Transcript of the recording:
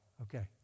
Okay